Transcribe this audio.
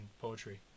poetry